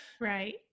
Right